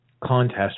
contest